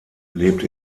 lebt